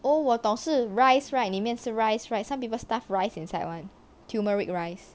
oh 我懂是 rice right 里面是 rice right some people stuff rice inside one turmeric rice